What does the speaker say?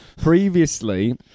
previously